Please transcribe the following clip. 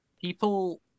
People